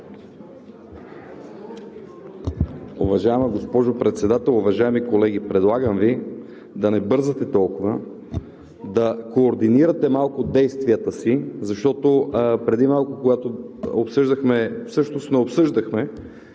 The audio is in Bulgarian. Уважаема госпожо Председател, уважаеми колеги! Предлагам Ви да не бързате толкова. Да координирате малко действията си, защото преди малко, когато обсъждахме, всъщност не обсъждахме